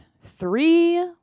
three